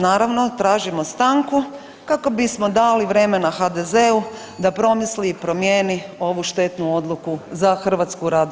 Naravno, tražimo stanku kako bismo dali vremena HDZ-u da promisli i promijeni ovu štetnu odluku za HRT.